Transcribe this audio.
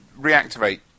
reactivate